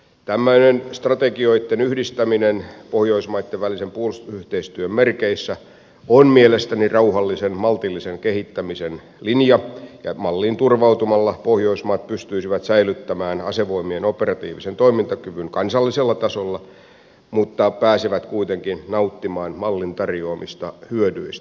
tämmöinen strategioitten yhdistäminen pohjoismaitten välisen puolustusyhteistyön merkeissä on mielestäni rauhallisen maltillisen kehittämisen linja ja malliin turvautumalla pohjoismaat pystyisivät säilyttämään asevoimien operatiivisen toimintakyvyn kansallisella tasolla mutta pääsevät kuitenkin nauttimaan mallin tarjoamista hyödyistä